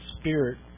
spirit